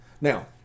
Now